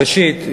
ראשית,